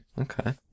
okay